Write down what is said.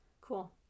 Cool